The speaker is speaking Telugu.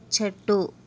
చెట్టు